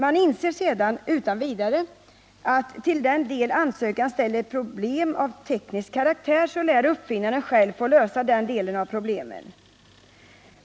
Man inser sedan utan vidare att till den del ansökan ställer till problem av teknisk karaktär så lär uppfinnaren själv få lösa den delen av problemen.